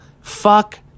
Fuck